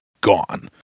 gone